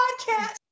podcast